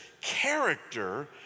character